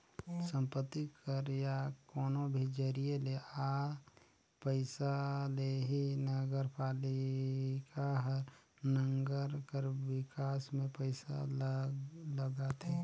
संपत्ति कर या कोनो भी जरिए ले आल पइसा ले ही नगरपालिका हर नंगर कर बिकास में पइसा ल लगाथे